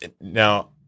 Now